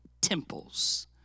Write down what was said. temples